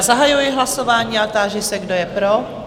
Zahajuji hlasování a táži se, kdo je pro?